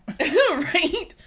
Right